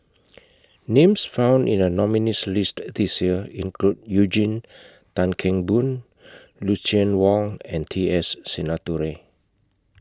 Names found in The nominees' list This Year include Eugene Tan Kheng Boon Lucien Wang and T S Sinnathuray